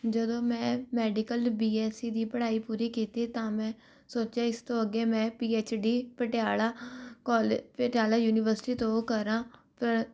ਜਦੋਂ ਮੈਂ medical B Sc ਦੀ ਪੜ੍ਹਾਈ ਪੂਰੀ ਕੀਤੀ ਤਾਂ ਮੈਂ ਸੋਚਿਆ ਇਸ ਤੋਂ ਅੱਗੇ ਮੈਂ ਪੀ ਐਚ ਡੀ ਪਟਿਆਲਾ ਕੌਲ ਪਟਿਆਲਾ ਯੂਨੀਵਰਸਿਟੀ ਤੋਂ ਕਰਾਂ ਪਰ